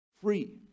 free